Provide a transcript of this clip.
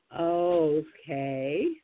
Okay